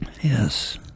Yes